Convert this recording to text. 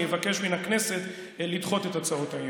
אני מבקש מן הכנסת לדחות את הצעות האי-אמון.